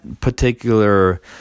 particular